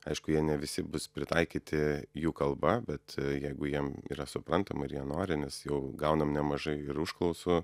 aišku jie ne visi bus pritaikyti jų kalba bet jeigu jiem yra suprantama ir jie nori nes jau gaunam nemažai ir užklausų